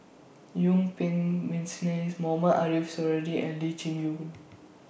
Yuen Peng Mohamed Ariff Suradi and Lee Chin YOU